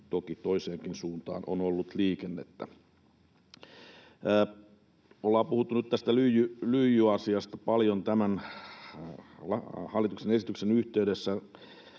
toki toiseenkin suuntaan on ollut liikennettä. Ollaan puhuttu nyt tästä lyijyasiasta paljon tämän hallituksen esityksen yhteydessä.